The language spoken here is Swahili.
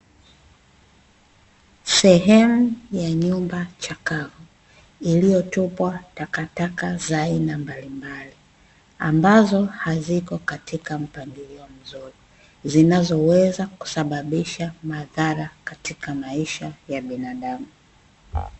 Sehemu ya nyumba chakavu iliyotupwa takataka za aina mbalimbali, ambazo haziko katika mpangilio mzuri, zinazoweza kusababisha madhara katika maisha ya binadamu.